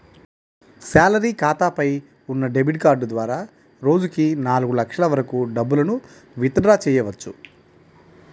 salary ఖాతాపై ఉన్న debit card ద్వారా రోజుకి నాలుగు లక్షల వరకు డబ్బులను విత్ డ్రా చెయ్యవచ్చు